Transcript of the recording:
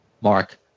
Mark